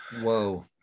whoa